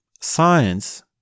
science